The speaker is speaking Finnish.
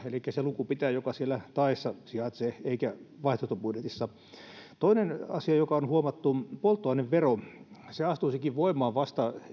elikkä se luku pitää joka siellä taassa sijaitsee eikä vaihtoehtobudjetissa toinen asia joka on huomattu koskee polttoaineveroa se hallituksen kaavailema korotus astuisikin voimaan vasta